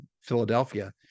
Philadelphia